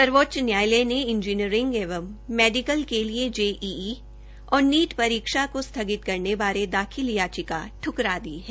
सर्वोच्च न्यायालय ने इंजीनियरिंग एवं मेडीकल के लिए जेईई और नीट परीक्षा को स्थगित करने बारे दाखिल याचिका ठ्करा दी है